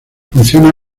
funciona